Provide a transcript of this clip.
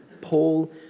Paul